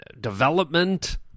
development